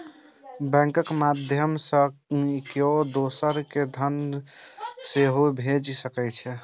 बैंकक माध्यय सं केओ दोसर कें धन सेहो भेज सकै छै